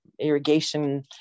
irrigation